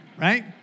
Right